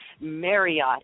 Marriott